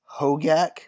Hogak